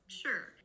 sure